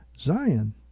Zion